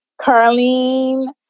Carlene